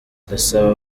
ndasaba